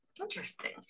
Interesting